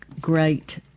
great